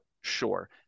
Sure